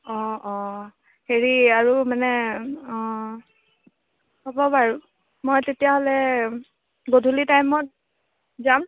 অঁ অঁ হেৰি আৰু মানে অঁ হ'ব বাৰু মই তেতিয়াহ'লে গধূলি টাইমত যাম